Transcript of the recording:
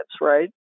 right